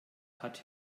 hat